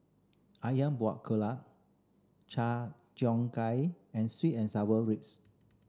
Ayam Buah Keluak char cheong gai and sweet and sour ribs